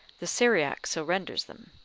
the syriac so renders them.